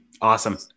Awesome